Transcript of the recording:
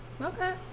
Okay